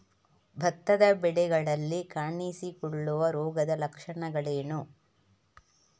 ಭತ್ತದ ಬೆಳೆಗಳಲ್ಲಿ ಕಾಣಿಸಿಕೊಳ್ಳುವ ರೋಗದ ಲಕ್ಷಣಗಳೇನು?